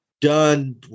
done